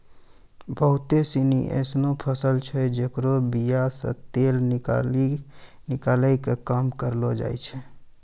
बहुते सिनी एसनो फसल छै जेकरो बीया से तेल निकालै के काम करलो जाय छै